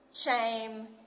shame